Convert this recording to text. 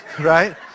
right